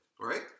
Right